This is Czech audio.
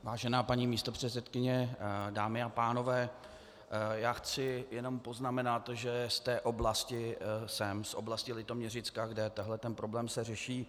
Vážená paní místopředsedkyně, dámy a pánové, já chci jenom poznamenat, že z té oblasti jsem, z oblasti Litoměřicka, kde tento problém se řeší.